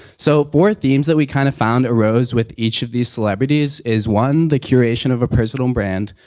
so four themes that we kind of found arose with each of these celebrities is one, the curation of a personal brand,